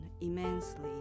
Immensely